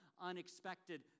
unexpected